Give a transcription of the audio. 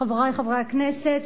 חברי חברי הכנסת,